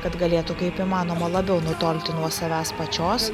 kad galėtų kaip įmanoma labiau nutolti nuo savęs pačios